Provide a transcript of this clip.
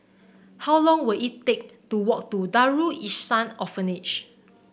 how long will it take to walk to Darul Ihsan Orphanage